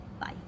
Bye